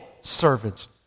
servants